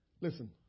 listen